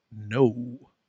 No